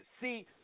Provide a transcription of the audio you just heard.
See